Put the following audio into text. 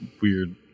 weird